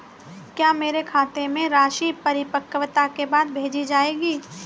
क्या मेरे खाते में राशि परिपक्वता के बाद भेजी जाएगी?